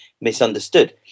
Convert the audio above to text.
misunderstood